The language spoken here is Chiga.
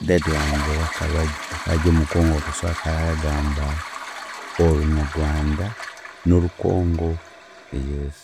Dady wangye we akabarye akaarya Omu Congo bisu akaaragamba Orunyagwanda n'Orukongo yes.